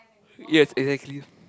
yes exactly